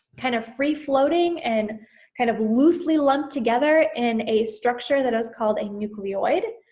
kind of free floating and kind of loosely lumped together in a structure that is called a nucleoid.